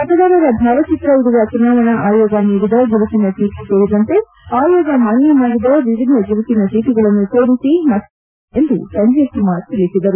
ಮತದಾರರ ಭಾವಚಿತ್ರ ಇರುವ ಚುನಾವಣಾ ಆಯೋಗ ನೀಡಿದ ಗುರುತಿನ ಚೀಟ ಸೇರಿದಂತೆ ಆಯೋಗ ಮಾನ್ಯ ಮಾಡಿದ ವಿವಿಧ ಗುರುತಿನ ಚೀಟಗಳನ್ನು ತೋರಿಸಿ ಮತದಾನ ಮಾಡಬಹುದಾಗಿದೆ ಎಂದು ಸಂಜೀವ್ ಕುಮಾರ್ ತಿಳಿಸಿದರು